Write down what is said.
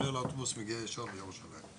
עולה לאוטובוס ומגיע ישר לירושלים.